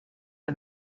for